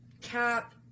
Cap